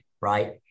right